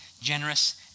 generous